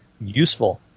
useful